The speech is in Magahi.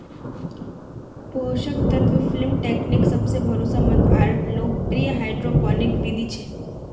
पोषक तत्व फिल्म टेकनीक् सबसे भरोसामंद आर लोकप्रिय हाइड्रोपोनिक बिधि छ